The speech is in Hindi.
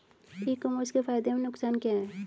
ई कॉमर्स के फायदे एवं नुकसान क्या हैं?